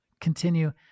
continue